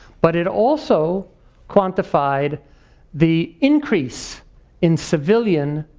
but it also quantified the increase in civilian,